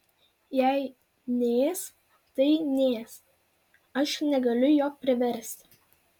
jei neės tai neės aš negaliu jo priversti